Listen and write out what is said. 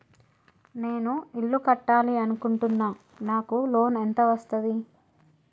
నేను ఇల్లు కట్టాలి అనుకుంటున్నా? నాకు లోన్ ఎంత వస్తది?